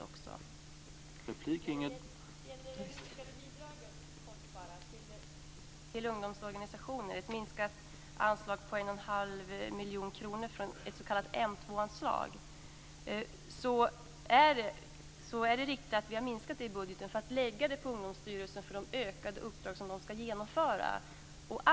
När det gäller bidraget till ungdomsorganisationer, en minskning på 1 1⁄2 miljon kronor från ett s.k. M2-anslag, är det riktigt att vi har minskat det i budgeten för att lägga det på Ungdomsstyrelsen för de ökade uppdrag som man ska utföra.